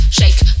shake